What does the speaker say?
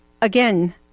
again